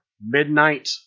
midnight